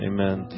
Amen